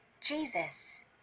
Jesus